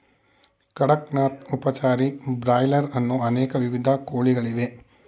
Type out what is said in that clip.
ಕಡಕ್ ನಾಥ್, ಉಪಚಾರಿ, ಬ್ರಾಯ್ಲರ್ ಅನ್ನೋ ಅನೇಕ ವಿಧದ ಕೋಳಿಗಳಿವೆ